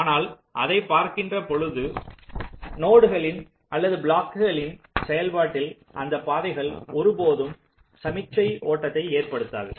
ஆனால் அதைப் பார்க்கின்ற பொழுது நோடுகளின் அல்லது பிளாக்களின் செயல்பாட்டில் அந்தப் பாதைகள் ஒரு போதும் சமிக்ஞை ஓட்டத்தை ஏற்படுத்தாது